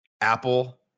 Apple